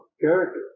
character